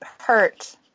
hurt